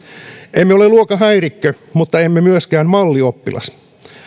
emme ole luokan häirikkö mutta emme myöskään mallioppilas